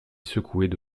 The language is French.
secouaient